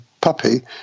puppy